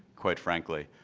quite frankly,